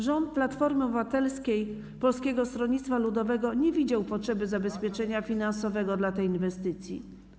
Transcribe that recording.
Rząd Platformy Obywatelskiej i Polskiego Stronnictwa Ludowego nie widział potrzeby zabezpieczenia finansowego dla tej inwestycji.